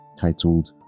titled